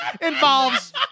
involves